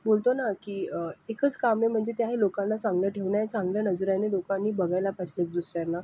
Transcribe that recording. बोलतो ना की एकच काम म्हणजे ते आहे लोकांना चांगलं ठेवणे चांगलं नजरेने लोकांनी बघायला पाहिजे दुसऱ्यांना